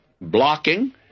blocking